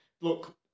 look